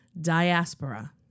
diaspora